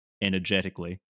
energetically